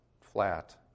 flat